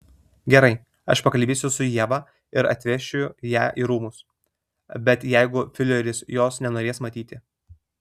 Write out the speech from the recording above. gerai aš pakalbėsiu su ieva ir atvešiu ją į rūmus bet jeigu fiureris jos nenorės matyti